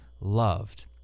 loved